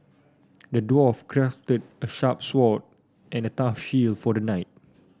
the dwarf crafted a sharp sword and a tough shield for the knight